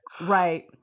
Right